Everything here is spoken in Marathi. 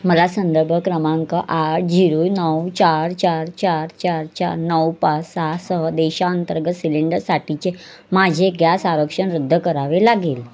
मला संदर्भ क्रमांक आठ झिरो नऊ चार चार चार चार चार नऊ पाच सहा सह देशाअंतर्गत सिलेंडरसाठीचे माझे गॅस आरक्षण रद्द करावे लागेल